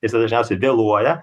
tiesa dažniausiai vėluoja